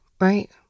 right